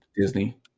Disney